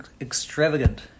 extravagant